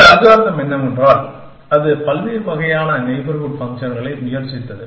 இந்த அல்காரிதம் என்னவென்றால் அது பல்வேறு வகையான நெய்பர்ஹூட் ஃபங்க்ஷன்களை முயற்சித்தது